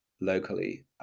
locally